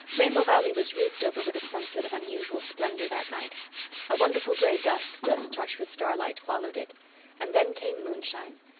rainbow valley was roofed over with a sunset of unusual splendour that night a wonderful grey dusk just touched with starlight followed it and then came moonshine,